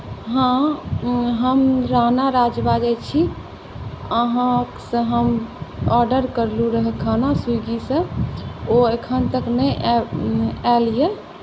हँ हम हम रा राना राज बाजै छी अहाँसँ हम ऑर्डर कयलहुँ रहए खाना स्वीगीसँ ओ एखन तक नहि आबि आयल यए